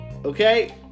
Okay